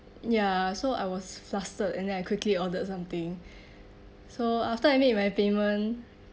ya so I was flustered and then I quickly ordered something so after I made my payment